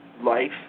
life